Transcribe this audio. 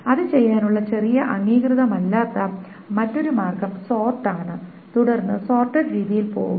അത് ചെയ്യാനുള്ള ചെറിയ അംഗീകൃതമല്ലാത്ത മറ്റൊരു മാർഗ്ഗം സോർട് ആണ് തുടർന്ന് സോർട്ടഡ് രീതിയിൽ പോകുക